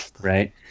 right